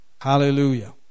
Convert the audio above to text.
Hallelujah